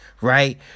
right